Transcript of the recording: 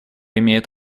имеет